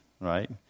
right